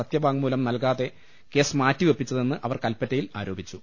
സത്യവാങ്മൂലം നൽകാതെ കേസ് മാറ്റിവെപ്പിച്ചതെന്ന് അവർ കൽപ്പ റ്റയിൽ ആരോപിച്ചു